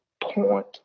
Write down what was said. point